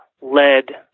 led